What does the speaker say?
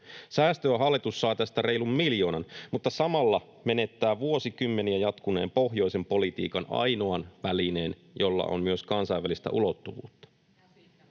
Säästöä hallitus saa tästä reilun miljoonan mutta samalla menettää vuosikymmeniä jatkuneen pohjoisen politiikan ainoan välineen, jolla on myös kansainvälistä ulottuvuutta.